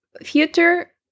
future